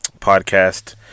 podcast